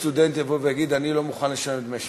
סטודנט יבוא ויגיד: אני לא מוכן לשלם דמי שמירה,